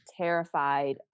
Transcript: terrified